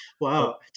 Wow